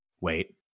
wait